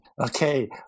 Okay